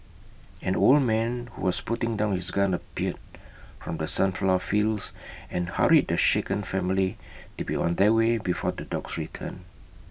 an old man who was putting down his gun appeared from the sunflower fields and hurried the shaken family to be on their way before the dogs return